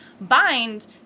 Bind